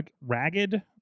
ragged